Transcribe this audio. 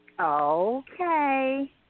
Okay